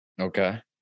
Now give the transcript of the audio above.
Okay